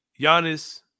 Giannis